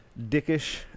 dickish